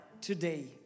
today